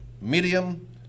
medium